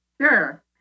Sure